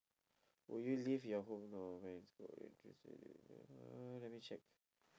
will you live your home no uh let me check